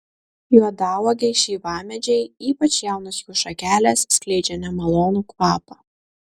juodauogiai šeivamedžiai ypač jaunos jų šakelės skleidžia nemalonų kvapą